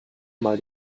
mal